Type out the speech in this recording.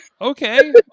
okay